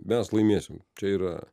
mes laimėsim čia yra